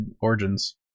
Origins